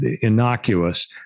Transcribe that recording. innocuous